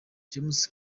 james